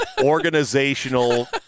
organizational